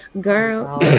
girl